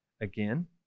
again